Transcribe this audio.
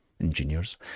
engineers